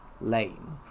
lame